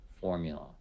formula